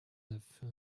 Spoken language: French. neuf